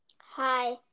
Hi